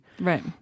Right